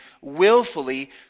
willfully